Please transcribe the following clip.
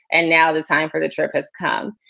and now the time for the trip has come.